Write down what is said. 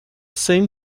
same